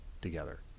together